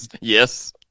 Yes